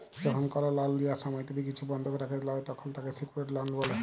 যখল কল লন লিয়ার সময় তুমি কিছু বনধক রাখে ল্যয় তখল তাকে স্যিক্যুরড লন বলে